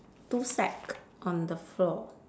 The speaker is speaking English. two sack on the floor